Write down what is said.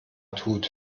tut